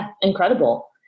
incredible